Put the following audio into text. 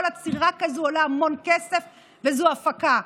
כל עצירה כזאת עולה המון כסף וזו הפקה,